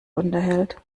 unterhält